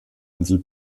insel